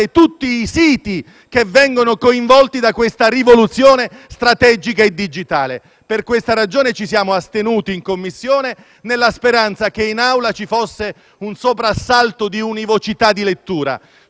tutti i siti che vengono coinvolti da questa rivoluzione strategica e digitale. Per questa ragione ci siamo astenuti in Commissione, nella speranza che in Aula ci fosse un soprassalto di univocità di lettura.